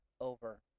over